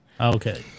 Okay